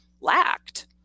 lacked